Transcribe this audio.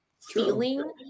feeling